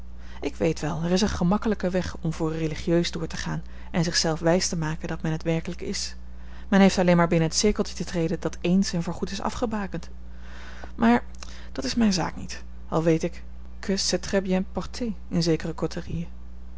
ik weet wel er is een gemakkelijke weg om voor religieus door te gaan en zich zelf wijs te maken dat men het werkelijk is men heeft alleen maar binnen t cirkeltje te treden dat eens en voor goed is afgebakend maar dat is mijne zaak niet al weet ik que c'est très bien porté in zekere côteriën